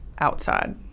Outside